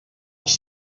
els